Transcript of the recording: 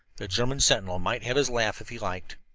the german sentinel might have his laugh if he liked.